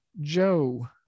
Joe